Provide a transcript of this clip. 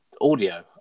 audio